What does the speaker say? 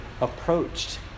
approached